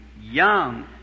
young